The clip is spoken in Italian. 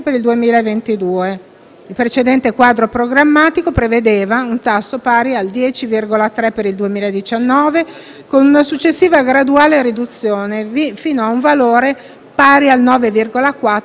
Il precedente quadro programmatico prevedeva un tasso pari al 10,3 per cento per il 2019, con una successiva graduale riduzione fino a un valore pari al 9,4 nel 2021.